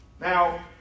Now